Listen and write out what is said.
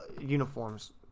uniforms